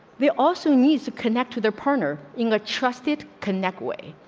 they also needs to connect to their partner in a trusted connect way.